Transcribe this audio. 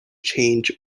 change